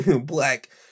black